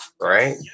right